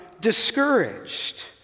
discouraged